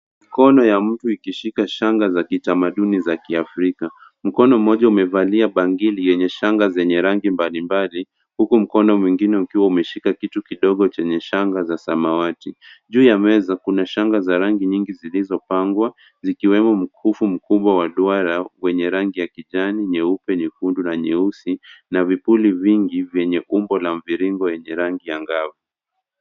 Mikono wa mtu ikushika shanga za kitamaduni za kiafrika. Mkono mmoja umevalia bangili yenye shanga zenye rangi mbalimbali huku mkono mwingine ukiwa umeshika kitu kidogo chenye shanga za samawati. Juu ya meza kuna shanga za rangi nyingi zilizopangwa zikiwemo mkufu mkubwa wa duara wenye rangi ya kijani, nyeupe, nyekundu na nyeusi na vipuli vingi vyenye umbo la mviringo yenye rangi angavu.